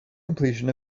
completion